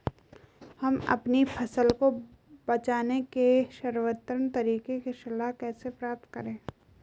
हम अपनी फसल को बचाने के सर्वोत्तम तरीके की सलाह कैसे प्राप्त करें?